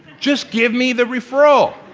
just give me the referral!